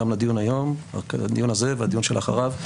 לדיון הזה ולדיון שלאחריו.